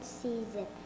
season